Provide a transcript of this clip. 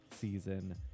season